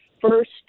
first